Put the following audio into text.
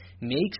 makes